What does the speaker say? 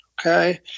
okay